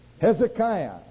Hezekiah